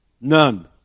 None